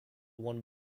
one